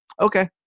okay